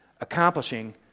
accomplishing